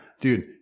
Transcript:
Dude